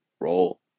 Roll